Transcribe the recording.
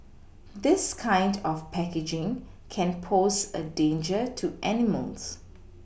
this kind of packaging can pose a danger to animals